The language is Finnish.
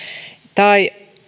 tai